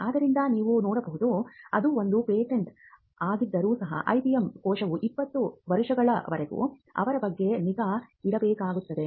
ಆದ್ದರಿಂದ ನೀವು ನೋಡಬಹುದು ಅದು ಒಂದು ಪೇಟೆಂಟ್ ಆಗಿದ್ದರೂ ಸಹ IPM ಕೋಶವು 20 ವರ್ಷಗಳವರೆಗೆ ಅದರ ಬಗ್ಗೆ ನಿಗಾ ಇಡಬೇಕಾಗುತ್ತದೆ